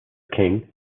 king